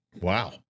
Wow